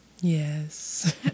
yes